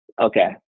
Okay